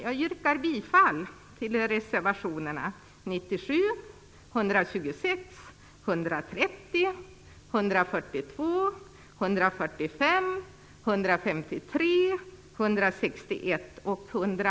Jag yrkar bifall till reservationerna